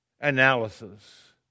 analysis